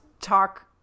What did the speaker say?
talk